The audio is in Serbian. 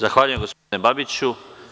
Zahvaljujem, gospodine Babiću.